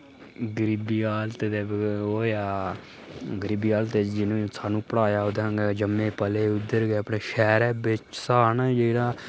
गरीबी हालत ते ओह् होएआ गरीबी हालतै च जि'नें साह्नू पढ़ाया उ'दे अग्गें जम्मे पले उद्धर गै अपने शैह्रै बिच ऐहा ना जेह्ड़ा